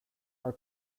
our